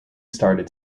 started